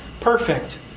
perfect